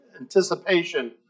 anticipation